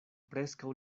preskaŭ